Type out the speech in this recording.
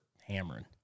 hammering